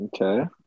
okay